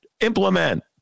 implement